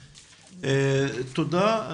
תודה.